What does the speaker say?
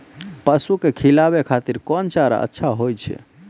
पसु के खिलाबै खातिर कोन चारा अच्छा होय छै?